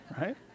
right